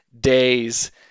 days